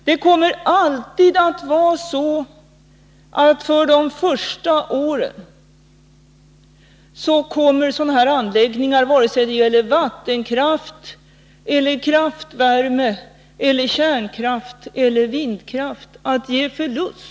Det kommer alltid att vara så att sådana här anläggningar, vare sig det gäller vattenkraft, kraftvärme, kärnkraft eller vindkraft, för de första åren kommer att ge förlust.